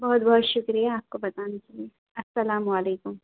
بہت بہت شکریہ آپ کو بتانے کے لیے السلام علیکم